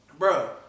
Bro